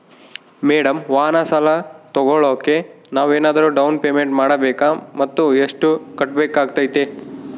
Madam ವಾಹನ ಸಾಲ ತೋಗೊಳೋಕೆ ನಾವೇನಾದರೂ ಡೌನ್ ಪೇಮೆಂಟ್ ಮಾಡಬೇಕಾ ಮತ್ತು ಎಷ್ಟು ಕಟ್ಬೇಕಾಗ್ತೈತೆ?